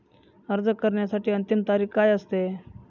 अर्ज करण्याची अंतिम तारीख काय असते?